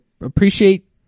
appreciate